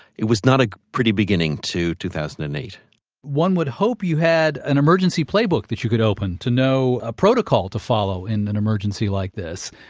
it was not a pretty beginning to two thousand and eight point one would hope you had an emergency playbook that you could open to know a protocol to follow in an emergency like this,